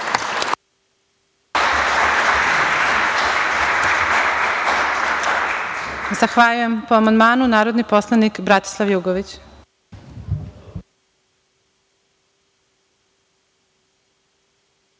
Zahvaljujem. Po amandmanu narodni poslanik Bratislav Jugović.